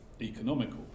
economical